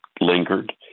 lingered